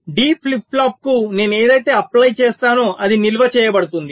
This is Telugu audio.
D ఫ్లిప్ ఫ్లాప్ కు నేను ఏదైతే అప్లై చేస్తానో అది నిల్వ చేయబడుతుంది